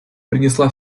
принесла